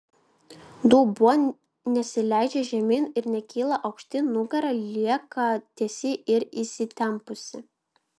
dubuo nesileidžia žemyn ir nekyla aukštyn nugara lieka tiesi ir įsitempusi